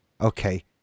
Okay